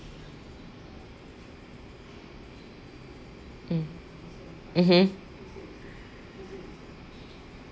mm mmhmm